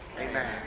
Amen